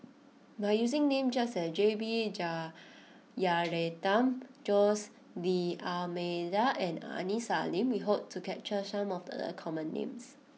by using names such as J B Jeyaretnam Jose D'almeida and Aini Salim we hope to capture some of the common names